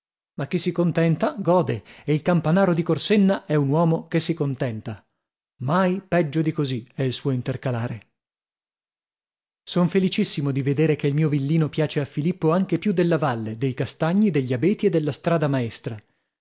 ma chi si contenta gode e il campanaro di corsenna è un uomo che si contenta mai peggio di così è il suo intercalare son felicissimo di vedere che il mio villino piace a filippo anche più della valle dei castagni degli abeti e della strada maestra